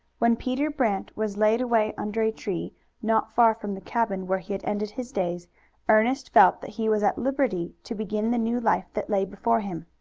when peter brant was laid away under a tree not far from the cabin where he had ended his days ernest felt that he was at liberty to begin the new life that lay before him.